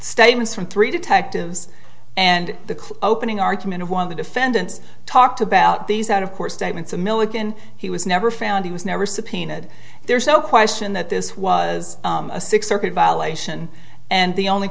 statements from three detectives and the opening argument of one of the defendants talked about these out of court statements of milliken he was never found he was never subpoenaed there's no question that this was a six circuit violation and the only